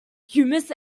hummus